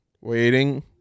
waiting